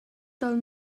del